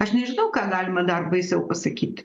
aš nežinau ką galima dar baisiau pasakyt